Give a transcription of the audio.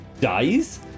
dies